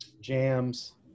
jams